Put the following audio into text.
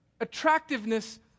attractiveness